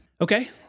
Okay